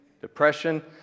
depression